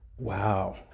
Wow